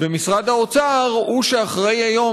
ומשרד האוצר הוא שאחראי היום,